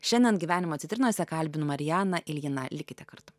šiandien gyvenimo citrinose kalbinu marianą iljiną likite kartu